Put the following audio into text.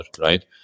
right